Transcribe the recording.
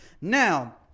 Now